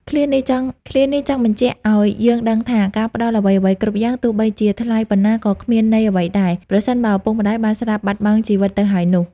ឃ្លានេះ ចង់បញ្ជាក់អោយយើងដឹងថា ការផ្តល់អ្វីៗគ្រប់យ៉ាង ទោះបីជាថ្លៃប៉ុណ្ណា ក៏គ្មានន័យអ្វីដែរ ប្រសិនបើឪពុកម្តាយបានស្លាប់បាត់បង់ជីវិតទៅហើយនោះ។